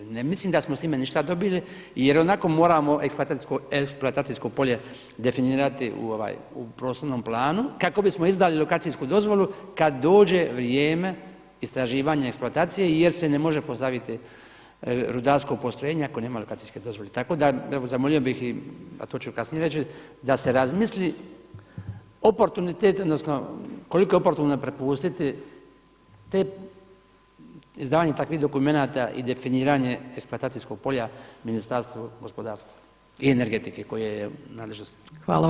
Ne mislim da smo s time išta dobili jer ionako moramo eksploatacijsko polje definirati u prostornom planu kako bismo izdali lokacijsku dozvolu kad dođe vrijeme istraživanja i eksploatacije jer se ne može postaviti rudarsko postrojenje ako nema lokacijske dozvole, tako da evo zamolio bih i to ću i kasnije reći da se razmisli oportunitetu odnosno koliko je oportuno prepustiti izdavanje takvih dokumenata i definiranje eksploatacijskog polja Ministarstvu gospodarstva i energetike koje je u nadležnosti.